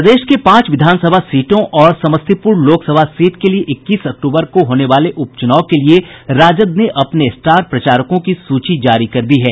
प्रदेश के पांच विधानसभा सीटों और समस्तीपूर लोकसभा सीट के लिये इक्कीस अक्टूबर को होने वाले चुनाव के लिये राजद ने अपने स्टार प्रचारकों की सूची जारी कर दी है